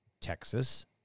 Texas